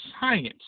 science